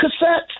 cassettes